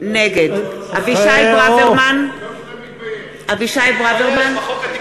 נגד אבישי ברוורמן, נגד, ואני